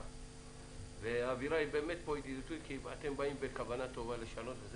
ובגלל שאתם באים בכוונה טובה לשנות,